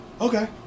Okay